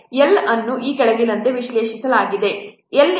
L ಅನ್ನು ಈ ಕೆಳಗಿನಂತೆ ವಿಶ್ಲೇಷಿಸಿದ್ದಾರೆ